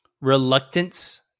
reluctance